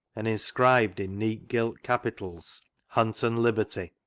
and in scribed in neat gilt capitals hunt and liberty.